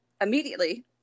Immediately